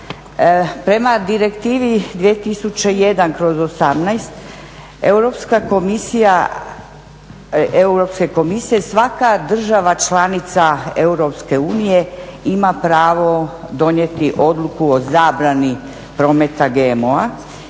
Prema Direktivi 2001/18 Europske komisije, svaka država članica Europske unije ima pravo donijeti odluku o zabrani prometa GMO-a.